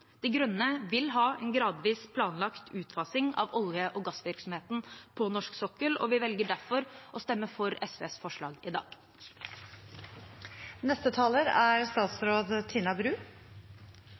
De Grønne vil ha en gradvis planlagt utfasing av olje- og gassvirksomheten på norsk sokkel, og vi velger derfor å stemme for SVs forslag i dag. Verdens klima- og energiutfordringer er